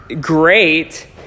great